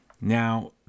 Now